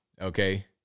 Okay